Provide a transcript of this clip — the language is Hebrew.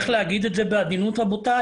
הוא החל לצעוק לסוהרים לבוא מהר ולקרוא לחובשים.